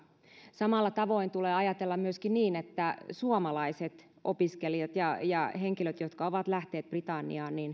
samalla tavoin tulee ajatella niin että suomalaiset opiskelijat ja henkilöt jotka ovat lähteneet britanniaan